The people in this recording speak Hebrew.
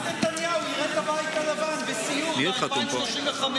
אז נתניהו יראה את הבית הלבן בסיור ב-2035,